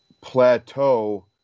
plateau